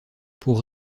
pour